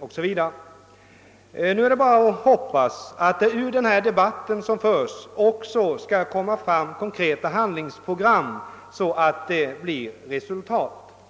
Man kan bara hoppas att den debatt som nu förs också skall utmynna i konkreta handlingsprogram, så att vi når ett positivt resultat.